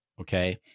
Okay